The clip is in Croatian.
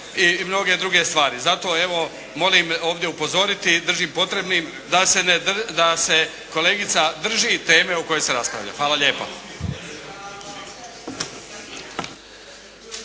i mnoge druge stvari. Zato evo, molim ovdje upozoriti i držim potrebnim da se kolegica drži teme o kojoj se raspravlja. Hvala lijepa.